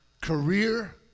career